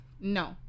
no